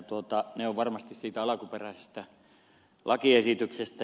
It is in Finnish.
ne ovat varmasti siitä alkuperäisestä lakiesityksestä